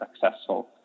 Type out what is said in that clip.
successful